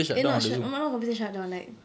eh not shut not my computer shut down like